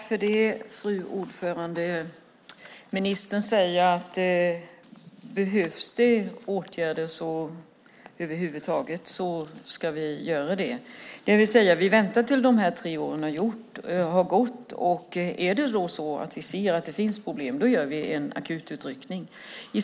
Fru talman! Ministern säger att om det över huvud taget behövs åtgärder ska man vidta dessa, det vill säga att man väntar till dess att de tre åren har gått och om man då ser att det finns problem gör man en akututryckning.